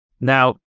Now